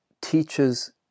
teaches